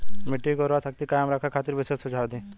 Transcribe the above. मिट्टी के उर्वरा शक्ति कायम रखे खातिर विशेष सुझाव दी?